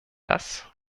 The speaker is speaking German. das